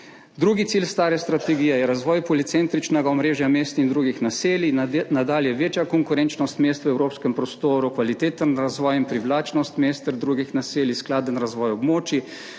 Drugi cilj stare strategije je razvoj policentričnega omrežja mest in drugih naselij, nadalje večja konkurenčnost mest v evropskem prostoru, kvaliteten razvoj in privlačnost mest ter drugih naselij, skladen razvoj območij,